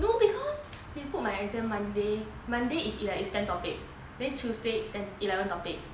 no because you put my exam monday monday if it's like ten topics then tuesday eleven topics